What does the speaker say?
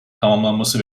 tamamlanması